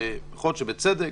יכול להיות שבצדק,